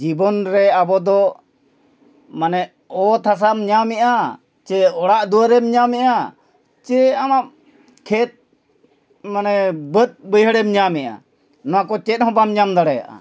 ᱡᱤᱵᱚᱱ ᱨᱮ ᱟᱵᱚ ᱫᱚ ᱢᱟᱱᱮ ᱚᱛ ᱦᱟᱥᱟᱢ ᱧᱟᱢᱮᱜᱼᱟ ᱥᱮ ᱚᱲᱟᱜ ᱫᱩᱣᱟᱹᱨᱮᱢ ᱧᱟᱢᱮᱜᱼᱟ ᱥᱮ ᱟᱢᱟᱜ ᱠᱷᱮᱛ ᱢᱟᱱᱮ ᱵᱟᱹᱫᱽ ᱵᱟᱹᱭᱦᱟᱹᱲᱮᱢ ᱧᱟᱢᱮᱜᱼᱟ ᱱᱚᱣᱟ ᱠᱚ ᱪᱮᱫ ᱦᱚᱸ ᱵᱟᱢ ᱧᱟᱢ ᱫᱟᱲᱮᱭᱟᱜᱼᱟ